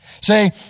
Say